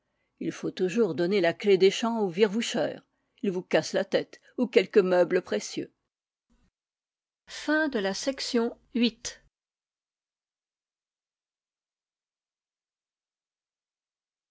il faut toujours donner la clef des champs aux virvoucheurs ils vous cassent la tête ou quelque meuble précieux